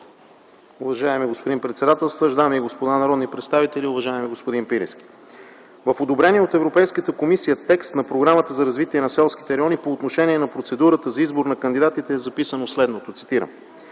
Уважаеми господин председателстващ, дами и господа народни представители, уважаеми господин Пирински! В одобрения от Европейската комисия текст за Програмата за развитие на селските райони по отношение на процедурата за избор на кандидатите е записано следното, цитирам: